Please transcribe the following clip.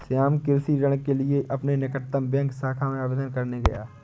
श्याम कृषि ऋण के लिए अपने निकटतम बैंक शाखा में आवेदन करने गया है